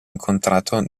incontrato